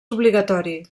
obligatori